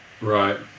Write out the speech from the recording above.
right